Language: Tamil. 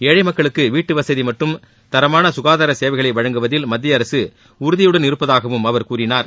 ஏழை மக்களுக்கு வீட்டு வசதி மற்றும் தரமான ககாதார சேவைகளை வழங்குவதில் மத்திய அரசு உறுதியுடன் இருப்பதாவும் அவர் கூறினார்